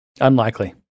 Unlikely